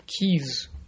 keys